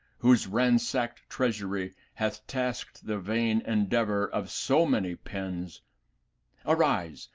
whose ransacked treasury hath taskt the vain endeavor of so many pens arise,